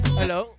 hello